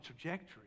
trajectory